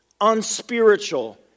unspiritual